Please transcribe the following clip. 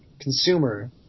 consumer